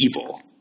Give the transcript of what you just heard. evil